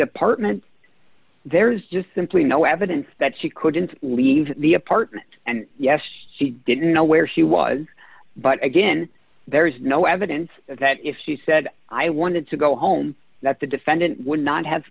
apartment there is just simply no evidence that she couldn't leave the apartment and yes she didn't know where she was but again there is no evidence that if she said i wanted to go home that the defendant would not have